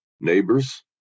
neighbors